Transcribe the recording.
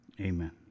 Amen